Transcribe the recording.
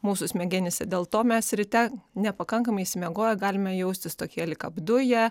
mūsų smegenyse dėl to mes ryte nepakankamai išsimiegoję galime jaustis tokie lyg apduję